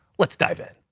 let's dive in.